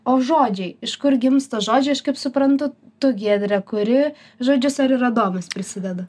o žodžiai iš kur gimsta žodžiai aš kaip suprantu tu giedre kuri žodžius ar ir adomas prisideda